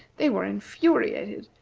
they were infuriated,